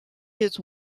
his